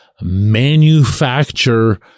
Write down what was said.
manufacture